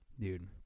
dude